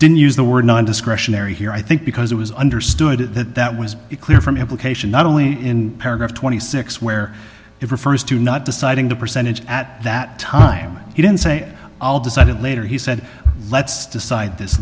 didn't use the word non discretionary here i think because it was understood that that was clear from implication not only in paragraph twenty six where it refers to not deciding the percentage at that time he didn't say i'll decide it later he said let's decide this